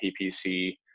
PPC